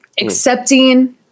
accepting